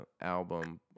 album